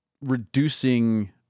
reducing